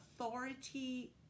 authority